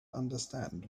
understand